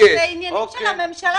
זה עניינים של הממשלה.